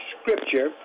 Scripture